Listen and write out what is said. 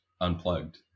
unplugged